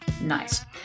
nice